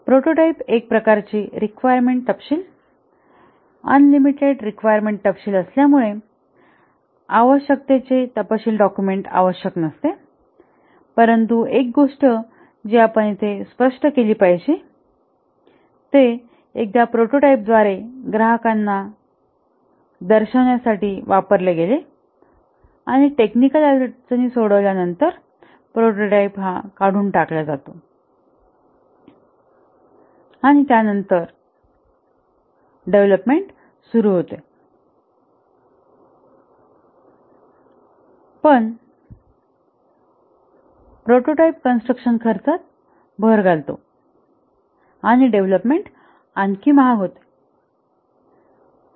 prototype एक प्रकारची requirement तपशील अॅनिमेटेड रिक्वायरमेंट तपशील असल्यामुळे आवश्यकतेचे तपशील डाक्युमेंट आवश्यक नसते परंतु एक गोष्ट जी आपण येथे स्पष्ट केली पाहिजे ते एकदा प्रोटोटाइपद्वारे ग्राहकांना दर्शविण्यासाठी वापरले गेले आणि टेक्निकल अडचणी सोडवल्या नंतर प्रोटोटाइप काढून टाकला जातो आणि त्यानंतर डेव्हलपमेंट सुरू होतो पण प्रोटोटाइप कन्स्ट्रक्शन खर्चात भर घालतो आणि डेव्हलपमेंट आणखी महाग होतो